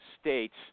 states